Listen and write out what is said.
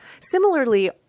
Similarly